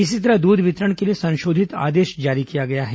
इसी तरह दूध वितरण के लिए संशोधित आदेश जारी किया गया है